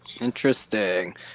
Interesting